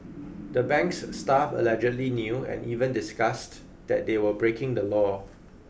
the bank's staff allegedly knew and even discussed that they were breaking the law